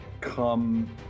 come